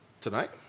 Tonight